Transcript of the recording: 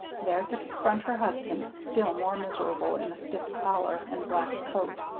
there to confront her husband still more miserable in the stiff collar and black coat.